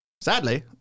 Sadly